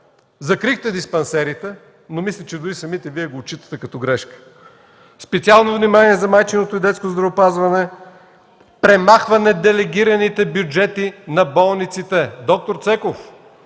Закрихте диспансерите, но мисля, че дори самите Вие го отчитате като грешка. Специално внимание на майчиното и детско здравеопазване, премахване делегираните бюджети на болниците. Доктор Цеков,